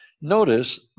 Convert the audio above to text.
Notice